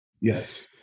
Yes